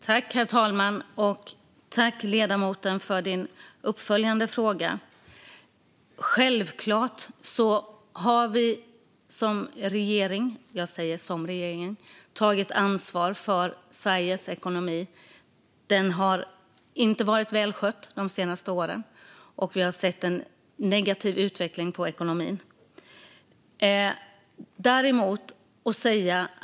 Herr talman! Jag tackar ledamoten för den uppföljande frågan. Givetvis tar regeringen ansvar för Sveriges ekonomi. Den har inte varit välskött de senaste åren, och vi har sett en negativ utveckling i ekonomin.